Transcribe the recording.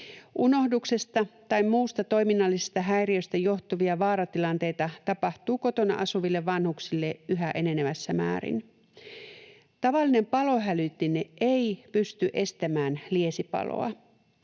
Unohduksesta tai muusta toiminnallisesta häiriöstä johtuvia vaaratilanteita tapahtuu kotona asuville vanhuksille yhä enenevässä määrin. Tavallinen palohälytin ei pysty estämään liesipaloa.